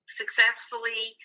successfully